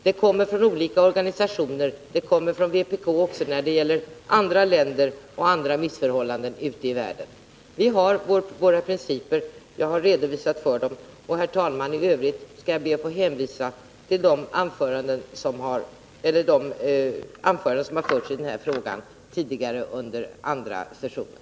De kommer från olika organisationer — och från vpk — också när det gäller andra länder och andra missförhållanden ute i världen. Vi har våra principer, och jag har redogjort för dem. Herr talman! I övrigt ber jag att få hänvisa till de anföranden som har hållits i den här frågan tidigare, under andra sessioner.